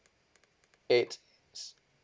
eight